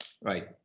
right